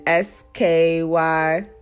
SKY